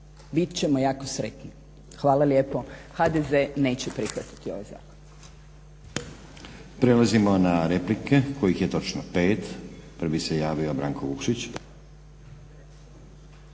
Bit ćemo jako sretni. Hvala lijepo. HDZ neće prihvatiti ovaj zakon.